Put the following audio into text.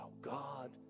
God